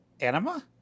Anima